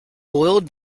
boiled